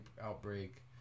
outbreak